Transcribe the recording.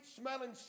smelling